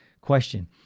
Question